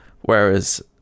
Whereas